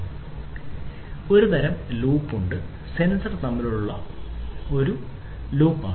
മുക്ക് അടിസ്ഥാനപരമായി ഒരുതരം ലൂപ്പ് സെൻസർ തമ്മിലുള്ള ഒരുതരം ലൂപ്പ് ആണ്